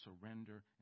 surrender